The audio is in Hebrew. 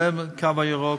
כולל בקו הירוק,